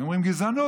היו אומרים: גזענות.